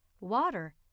Water